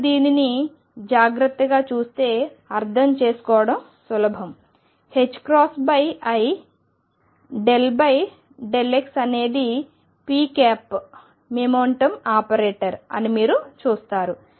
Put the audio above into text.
మీరు దానిని జాగ్రత్తగా చూస్తే అర్థం చేసుకోవడం చాలా సులభం i ∂x అనేది p మొమెంటం ఆపరేటర్ అని మీరు చూస్తారు